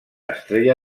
estrella